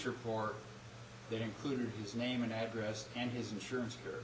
report that included his name and address and his insurance or